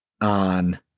on